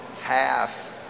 half